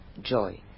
joy